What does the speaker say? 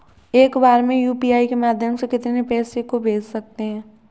एक बार में यू.पी.आई के माध्यम से कितने पैसे को भेज सकते हैं?